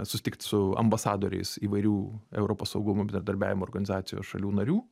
susitikt su ambasadoriais įvairių europos saugumo bendradarbiavimo organizacijos šalių narių